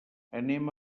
anem